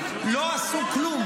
לא עשו כלום.